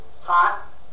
hot